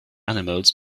animals